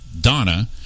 Donna